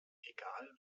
egal